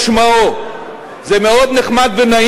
שיובילו, ממשלת ישראל, שיובילו לחזון שלהם.